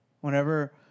whenever